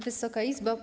Wysoka Izbo!